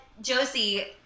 Josie